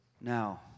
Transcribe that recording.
Now